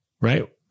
Right